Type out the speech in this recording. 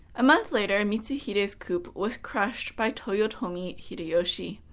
a month later, and mitsuhide's coup was crushed by toyotomi hideyoshi.